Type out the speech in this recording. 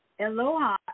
Aloha